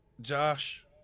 Josh